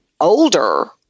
older